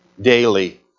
daily